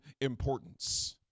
importance